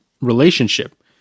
relationship